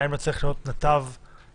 האם לא צריך להיות נתב משדר,